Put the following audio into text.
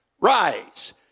rise